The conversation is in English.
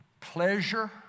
Pleasure